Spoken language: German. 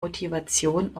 motivation